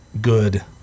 good